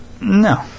No